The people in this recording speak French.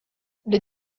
les